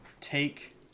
take